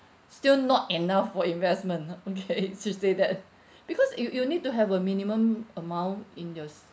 still not enough for investment loh okay should say that because you you need to have a minimum amount in yours